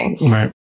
Right